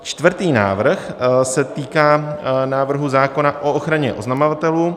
Čtvrtý návrh se týká návrhu zákona o ochraně oznamovatelů.